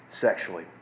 sexually